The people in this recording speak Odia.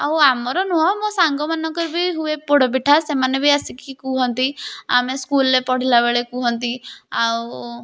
ଆଉ ଆମର ନୁହଁ ମୋ ସାଙ୍ଗମାନଙ୍କର ବି ହୁଏ ପୋଡ଼ପିଠା ସେମାନେ ବି ଆସିକି କୁହନ୍ତି ଆମେ ସ୍କୁଲ୍ରେ ପଢ଼ିଲା ବେଳେ କୁହନ୍ତି ଆଉ